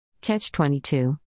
Catch-22